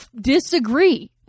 disagree